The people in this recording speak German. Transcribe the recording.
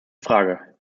frage